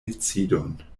decidon